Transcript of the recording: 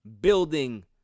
building